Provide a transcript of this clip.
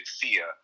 fear